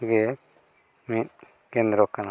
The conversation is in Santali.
ᱜᱮ ᱢᱤᱫ ᱠᱮᱱᱫᱨᱚ ᱠᱟᱱᱟ